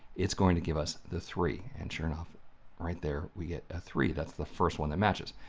it's going to give us the three, and sure enough, right there we get a three, that's the first one that matches.